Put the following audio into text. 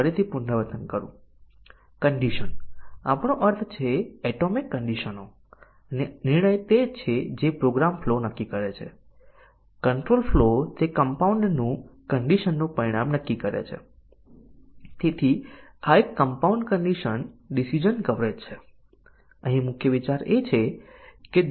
પ્રથમ સમસ્યા એ છે કે આપણે કન્ડિશન ની અભિવ્યક્તિ મૂલ્યાંકનની એક સરળ રીત તરફ ધ્યાન આપ્યું કમ્પાઇલર તેનું મૂલ્યાંકન કરતું નથી જેમ કે તે કન્ડિશન ોના શોર્ટ સર્કિટ મૂલ્યાંકન તરીકે ઓળખાય છે તેમાંથી શું છે તેનું મૂલ્યાંકન કરે છે